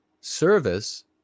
Service